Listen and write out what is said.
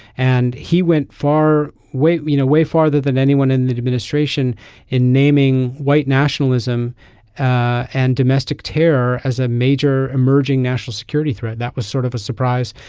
and he went far way no you know way farther than anyone in the administration in naming white nationalism and domestic terror as a major emerging national security threat. that was sort of a surprise.